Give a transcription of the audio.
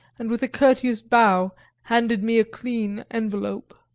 and with a courteous bow handed me a clean envelope.